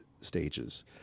stages